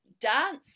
dance